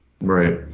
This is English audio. Right